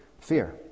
fear